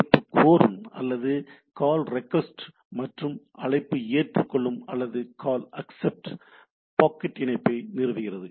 அழைப்பு கோரும் அல்லது கால் ரெக்வெஸ்ட் மற்றும் அழைப்பு ஏற்றுக்கொள்ளும் அல்லது கால் அக்சப்ட் பாக்கெட் இணைப்பை நிறுவுகிறது